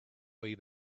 way